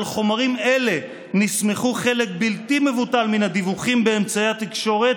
על חומרים אלה נסמכו חלק בלתי מבוטל מן הדיווחים באמצעי התקשורת,